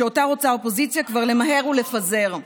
שאותה רוצה האופוזיציה כבר למהר ולפזר.